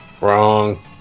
Wrong